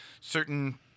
certain